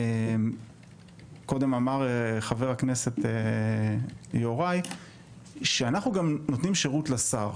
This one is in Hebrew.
קודם אמר חבר הכנסת יוראי שאנחנו גם נותנים שירות לשר.